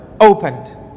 opened